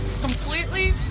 Completely